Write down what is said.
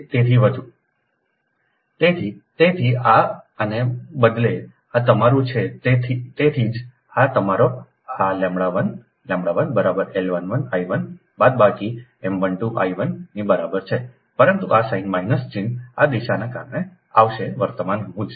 તેથી તેથી જ આને બદલે આ તમારું છે તેથી જ આ તમારો આλ1 λ1 બરાબર L 11 I 1 બાદબાકી M 12 I 1 ની બરાબર છે પરંતુ આ સાઇન માઇનસ ચિહ્ન આ દિશાના કારણે આવશે વર્તમાન હું જે